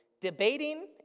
debating